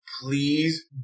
please